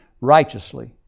righteously